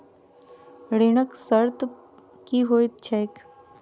ऋणक शर्त की होइत छैक?